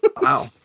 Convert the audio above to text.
Wow